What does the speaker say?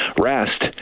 rest